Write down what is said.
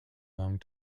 long